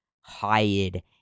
hired